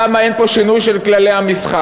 למה אין פה שינוי של כללי המשחק: